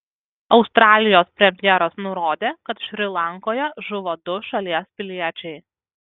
australijos premjeras nurodė kad šri lankoje žuvo du šalies piliečiai